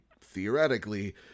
theoretically